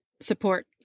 support